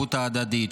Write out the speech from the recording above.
שהערבות ההדדית,